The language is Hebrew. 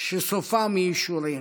שסופה מי ישורנו.